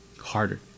harder